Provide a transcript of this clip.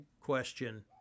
question